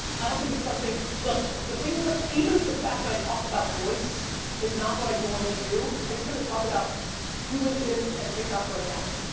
i don't think it's something, look, the things that, even the fact that i talked about voice is not what i normally do, i tend to talk about do linkedin and tik tok right now.